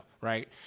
right